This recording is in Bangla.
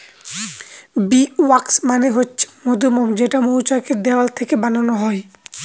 বী ওয়াক্স মানে হচ্ছে মধুমোম যেটা মৌচাক এর দেওয়াল থেকে বানানো হয়